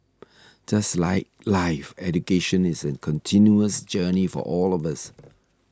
just like life education is a continuous journey for all of us